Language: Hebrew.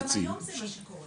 גם היום זה מה שקורה.